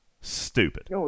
stupid